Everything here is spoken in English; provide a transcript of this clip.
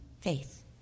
Faith